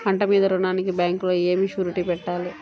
పంట మీద రుణానికి బ్యాంకులో ఏమి షూరిటీ పెట్టాలి?